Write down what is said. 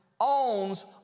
owns